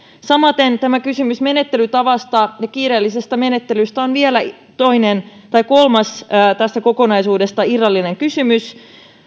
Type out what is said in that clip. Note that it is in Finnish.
samaten kysymys menettelytavasta kiireellisestä menettelystä on vielä toinen tai kolmas tästä kokonaisuudesta irrallinen kysymys